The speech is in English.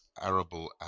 arable